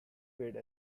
wade